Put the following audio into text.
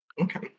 Okay